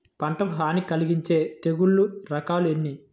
పంటకు హాని కలిగించే తెగుళ్ళ రకాలు ఎన్ని?